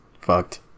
fucked